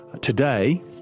today